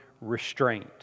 Restraint